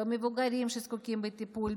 במבוגרים שזקוקים לטיפול,